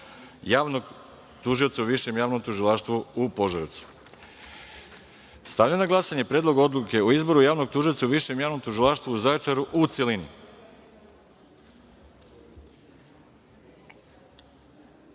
javnog tužioca u Višem javnom tužilaštvu u Požarevcu. Stavljam na glasanje Predlog odluke o izboru javnog tužioca u Višem javnom tužilaštvu u Zaječaru, u